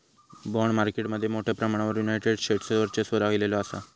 bond market मध्ये मोठ्या प्रमाणावर युनायटेड स्टेट्सचो वर्चस्व राहिलेलो असा